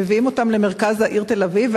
מביאים אותם למרכז העיר תל-אביב,